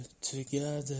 together